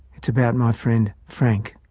it's about my friend frank.